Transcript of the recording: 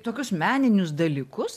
tokius meninius dalykus